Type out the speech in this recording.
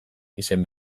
izen